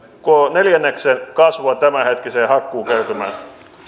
neljänneksen kasvua tämänhetkiseen hakkuukertymään